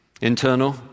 Internal